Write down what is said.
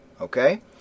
Okay